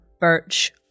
birch